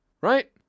right